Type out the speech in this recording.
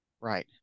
Right